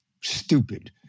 stupid